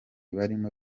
barimo